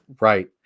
right